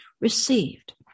received